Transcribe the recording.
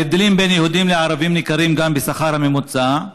ההבדלים בין יהודים לערבים ניכרים גם בשכר הממוצע.